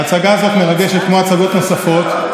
ההצגה הזאת מרגשת כמו הצגות נוספות.